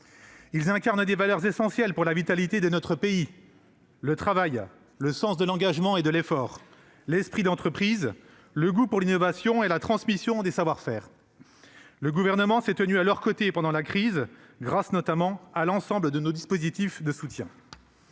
Ils incarnent des valeurs essentielles pour la vitalité de notre pays : le travail, le sens de l'engagement et de l'effort, l'esprit d'entreprise, le goût pour l'innovation et la transmission des savoir-faire. Le Gouvernement s'est tenu à leurs côtés pendant la crise, grâce notamment à l'ensemble de nos dispositifs de soutien.